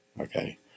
Okay